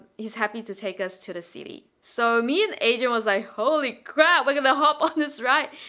he's happy to take us to the city. so me an adrian was like holy crap we're gonna hop on this ride.